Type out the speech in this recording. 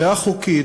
והחוקית,